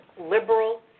liberal